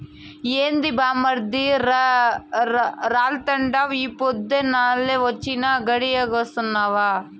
ఏంది బామ్మర్ది రంకెలేత్తండావు ఈ పొద్దే టౌనెల్లి వొచ్చినా, గడియాగొస్తావా